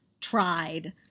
tried